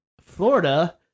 Florida